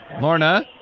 Lorna